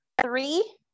three